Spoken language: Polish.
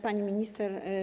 Pani Minister!